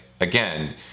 again